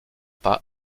pas